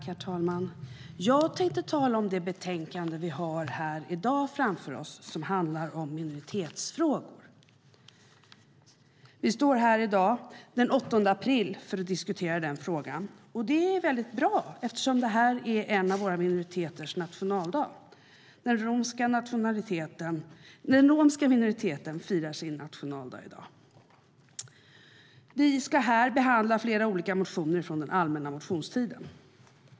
Herr talman! Jag tänker tala om det betänkande vi har här framför oss i dag som handlar om minoritetsfrågor. Vi står här i dag den 8 april för att diskutera den frågan. Det är bra, eftersom det i dag är en av våra minoriteters nationaldag. Den romska minoriteten firar i dag sin nationaldag. Vi ska här behandla flera olika motioner från den allmänna motionstiden.